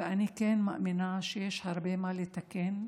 ואני כן מאמינה שיש הרבה מה לתקן,